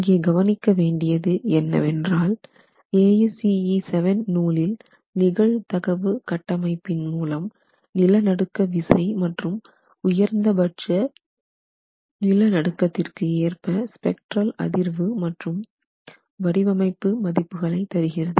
இங்கே கவனிக்க வேண்டியது என்னவென்றால் ASCE 7 நூலில் நிகழ்தகவு கட்டமைப்பின் மூலம் நிலநடுக்க விசை மற்றும் உயர்ந்த பட்ச நிலநடுக்கத்திற்கு ஏற்ப ஸ்பெக்டரல் அதிர்வு மற்றும் வடிவமைப்பு மதிப்புகளை தருகிறது